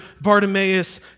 Bartimaeus